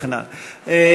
וכן הלאה.